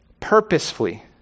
purposefully